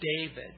David